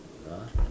ya